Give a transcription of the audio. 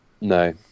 no